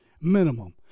minimum